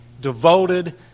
devoted